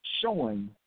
showing